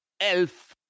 Elf